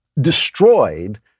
destroyed